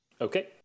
Okay